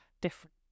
different